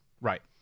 Right